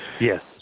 Yes